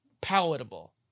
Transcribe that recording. palatable